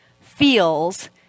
feels